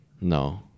No